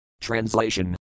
translation